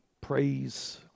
praise